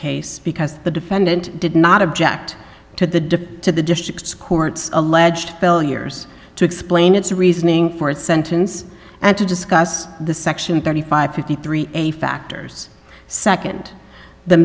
case because the defendant did not object to the dip to the district's court's alleged failures to explain its reasoning for its sentence and to discuss the section thirty five fifty three a factors second the